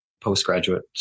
postgraduate